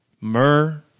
Myrrh